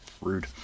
rude